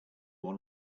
one